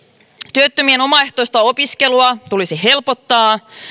työttömien omaehtoista opiskelua tulisi helpottaa